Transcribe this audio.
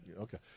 Okay